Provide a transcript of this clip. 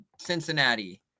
Cincinnati